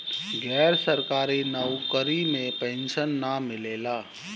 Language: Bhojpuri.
गैर सरकारी नउकरी में पेंशन ना मिलेला